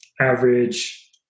average